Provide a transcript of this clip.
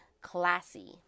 classy